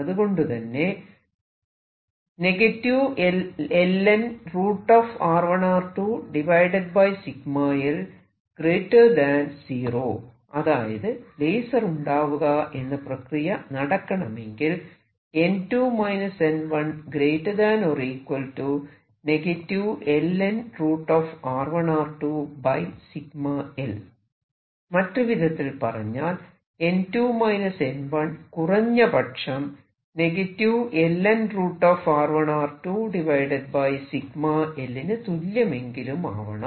അതുകൊണ്ടുതന്നെ അതായത് ലേസർ ഉണ്ടാവുക എന്ന പ്രക്രിയ നടക്കണമെങ്കിൽ മറ്റൊരുവിധത്തിൽ പറഞ്ഞാൽ കുറഞ്ഞപക്ഷം ln √ 𝜎l നു തുല്യമെങ്കിലുമാകണം